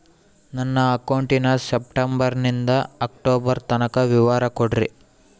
ನನ್ನ ಅಕೌಂಟಿನ ಸೆಪ್ಟೆಂಬರನಿಂದ ಅಕ್ಟೋಬರ್ ತನಕ ವಿವರ ಕೊಡ್ರಿ?